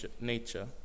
nature